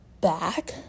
back